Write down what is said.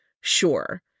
sure